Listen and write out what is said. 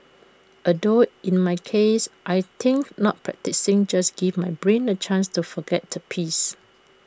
although in my case I think not practising just gives my brain A chance to forget the piece